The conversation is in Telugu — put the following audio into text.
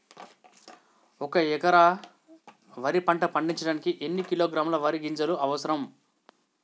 ఒక్క ఎకరా వరి పంట పండించడానికి ఎన్ని కిలోగ్రాముల వరి గింజలు అవసరం?